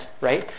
right